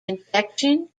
infection